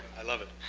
i love it.